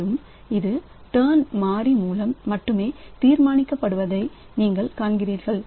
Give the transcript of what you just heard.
மேலும் இது டர்ன் மாறி மூலம் மட்டுமே தீர்மானிக்கப்படுவதை நீங்கள் காண்கிறீர்கள்